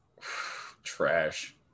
Trash